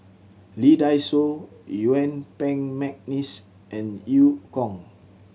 Lee Dai Soh Yuen Peng McNeice and Eu Kong